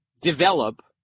develop